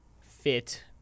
fit